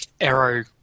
arrow